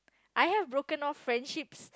I have broken off friendships